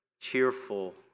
cheerful